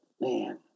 man